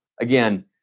Again